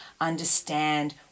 understand